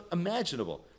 imaginable